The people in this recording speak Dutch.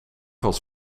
was